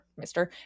Mr